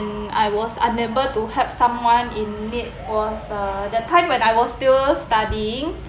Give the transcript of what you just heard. I was unable to help someone in need was uh the time when I was still studying